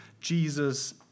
Jesus